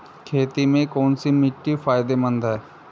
खेती में कौनसी मिट्टी फायदेमंद है?